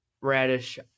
Radish